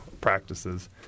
practices